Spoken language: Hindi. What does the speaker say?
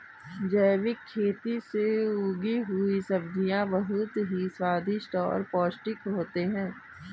जैविक खेती से उगी हुई सब्जियां बहुत ही स्वादिष्ट और पौष्टिक होते हैं